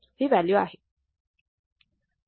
ही value आहे